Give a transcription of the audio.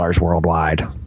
worldwide